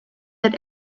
that